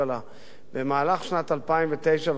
במהלך 2009 ו-2010: